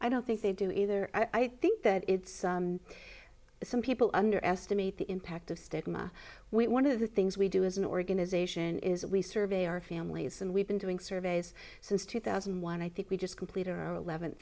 i don't think they do either i think that it's some people underestimate the impact of stigma when one of the things we do as an organization is we survey our families and we've been doing surveys since two thousand and one i think we just completed our